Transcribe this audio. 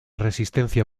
resistencia